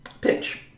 Pitch